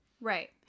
Right